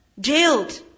jailed